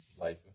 life